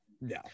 no